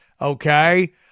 Okay